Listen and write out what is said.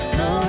no